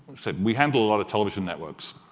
we handle a lot of television networks.